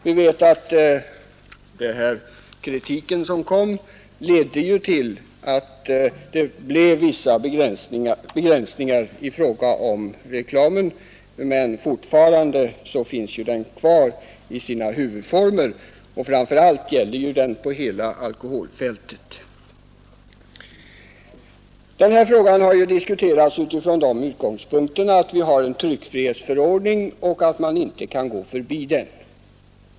Vi vet att denna kritik ledde till vissa begränsningar i fråga om reklamen, men fortfarande finns den kvar i sina huvudformer. Framför allt gäller detta på hela alkoholfältet. Frågan har diskuterats utifrån den utgångspunkten att man inte kan gå förbi tryckfrihetsförordningen.